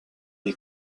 est